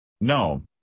No